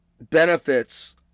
benefits